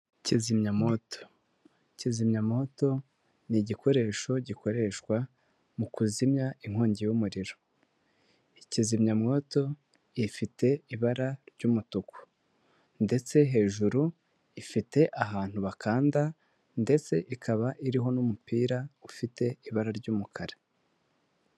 Kizimyamoto, kizimyamoto ni igikoresho gikoreshwa mu kuzimya inkongi y'umuriro. Kizimyamwoto ifite ibara ry'umutuku ndetse hejuru ifite ahantu bakanda ndetse ikaba iriho n'umupira ufite ibara ry'umukara.